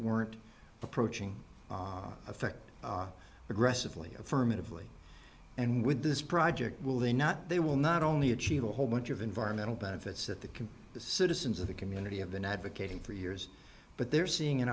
weren't approaching affect aggressively affirmatively and with this project will they not they will not only achieve a whole bunch of environmental benefits that the can the citizens of the community of the advocating for years but they're seeing an